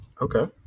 Okay